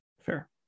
Fair